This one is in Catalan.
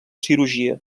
cirurgia